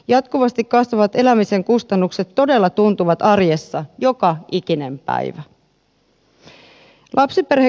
jatkuvasti kasvavat elämisen kustannukset todella tuntuvat arjessa joka ikinen päivä